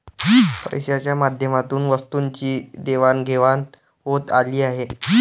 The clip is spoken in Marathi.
पैशाच्या माध्यमातून वस्तूंची देवाणघेवाण होत आली आहे